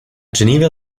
geneva